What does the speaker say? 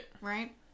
Right